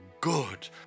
good